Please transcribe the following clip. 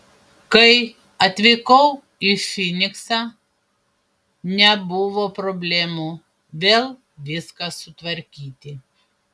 kai atvykau į fyniksą nebuvo problemų vėl viską sutvarkyti